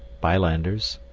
bilanders,